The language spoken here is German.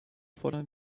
fordern